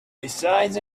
besides